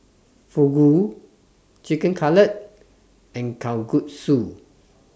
Fugu Chicken Cutlet and Kalguksu